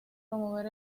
promover